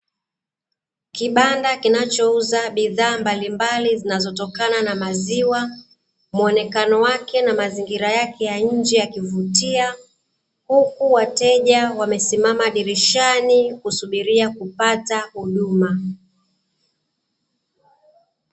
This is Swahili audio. Kibanda kinachouza bidhaa mbalimbali zinazotokana na maziwa, muonekano wake na mazingira yake ya nje ya kuvutia, huku wateja wamaesimama dirishani wakisubiria kupata huduma.